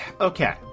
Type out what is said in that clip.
Okay